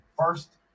First